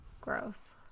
gross